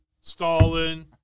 Stalin